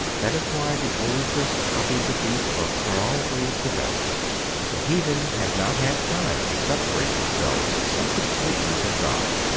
that is why the oldest copies of these books are always the best the heathen had not had time to separate themselves so completely from god.